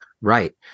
right